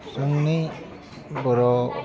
जोंनि बर'